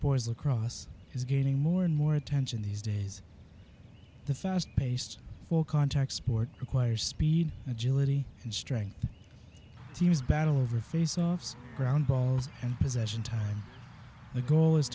boys across is gaining more and more attention these days the fast paced full contact sport requires speed agility and strength teams battle over faceoffs ground balls and possession time the goal is